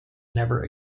never